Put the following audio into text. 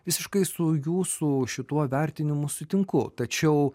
visiškai su jūsų šituo vertinimu sutinku tačiau